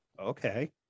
okay